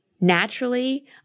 Naturally